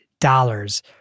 dollars